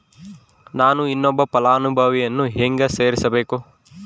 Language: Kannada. ನಾನು ಇನ್ನೊಬ್ಬ ಫಲಾನುಭವಿಯನ್ನು ಹೆಂಗ ಸೇರಿಸಬೇಕು?